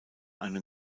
eine